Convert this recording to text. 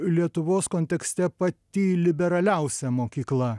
lietuvos kontekste pati liberaliausia mokykla